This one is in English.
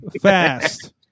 fast